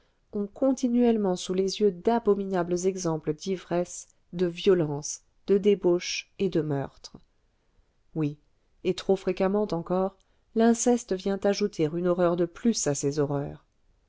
ont continuellement sous les yeux d'abominables exemples d'ivresse de violences de débauches et de meurtres oui et trop fréquemment encore l'inceste vient ajouter une horreur de plus à ces horreurs